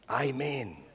Amen